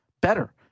better